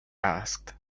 asked